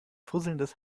fusselndes